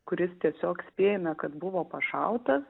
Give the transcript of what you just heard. kuris tiesiog spėjame kad buvo pašautas